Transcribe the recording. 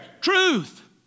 Truth